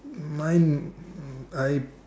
mine I